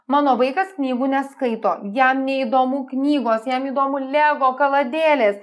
mano vaikas knygų neskaito jam neįdomu knygos jam įdomu lego kaladėlės